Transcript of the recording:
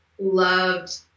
loved